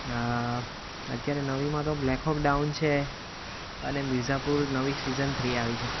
આ અત્યારે તો નવીમાં તો બ્લેક હૉક ડાઉન છે અને મિર્ઝાપુર નવી સીઝન થ્રી આવી છે